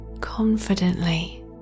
confidently